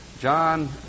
John